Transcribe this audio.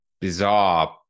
bizarre